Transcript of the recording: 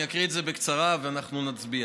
אני אקריא את זה בקצרה ואנחנו נצביע.